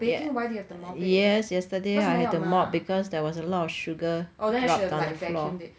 yea yes yesterday I had to mop because there was a lot of sugar dropped on the floor